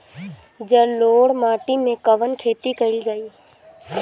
जलोढ़ माटी में कवन खेती करल जाई?